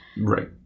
Right